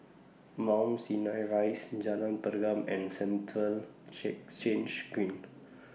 Mount Sinai Rise Jalan Pergam and Central Change Green